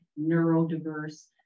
neurodiverse